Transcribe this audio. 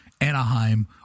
Anaheim